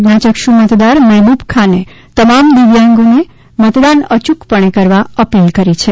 પ્રજ્ઞાયક્ષુ મતદાર મહેબુબાખાને તમામ દિવ્યાંગને મતદાન અયૂકપણે કરવા અપીલ કરી છે